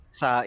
sa